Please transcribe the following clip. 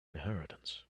inheritance